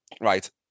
Right